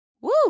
Woo